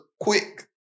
quick